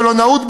מלונאות,